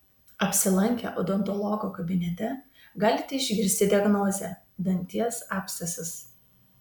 apsilankę odontologo kabinete galite išgirsti diagnozę danties abscesas